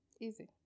Easy